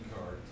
card